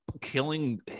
killing